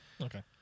Okay